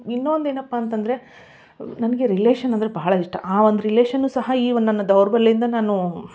ಇನ್ನೊಂದು ಏನಪ್ಪಾ ಅಂತಂದರೆ ನನಗೆ ರಿಲೇಷನ್ ಅಂದರೆ ಭಾಳ ಇಷ್ಟ ಆ ಒಂದು ರಿಲೇಷನು ಸಹ ಈ ಒಂದು ನನ್ನ ದೌರ್ಬಲ್ಯದಿಂದ ನಾನು